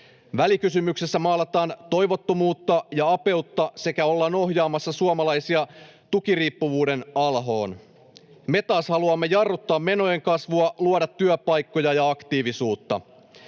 Välikysymyksessä maalataan toivottomuutta ja apeutta sekä ollaan ohjaamassa suomalaisia tukiriippuvuuden alhoon. Me taas haluamme jarruttaa menojen kasvua sekä luoda työpaikkoja ja aktiivisuutta.